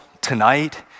tonight